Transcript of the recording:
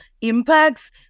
impacts